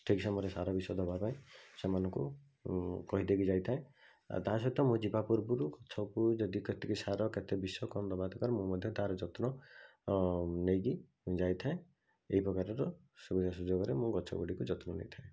ଠିକ୍ ସମୟରେ ସାର ବିଷ ଦେବାପାଇଁ ସେମାନଙ୍କୁ କହିଦେଇକି ଯାଇଥାଏ ଆଉ ତା'ସହିତ ମୁଁ ଯିବା ପୂର୍ବରୁ ସବୁ ଯଦି କେତିକି ସାର କେତେ ବିଷ କ'ଣ ଦେବା ଦରକାର ମୁଁ ମଧ୍ୟ ତା'ର ଯତ୍ନ ନେଇକି ଯାଇଥାଏ ଏହି ପ୍ରକାରର ସୁବିଧା ସୁଯୋଗରେ ମୁଁ ଗଛଗୁଡ଼ିକୁ ଯତ୍ନ ନେଇଥାଏ